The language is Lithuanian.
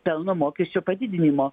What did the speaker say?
pelno mokesčio padidinimo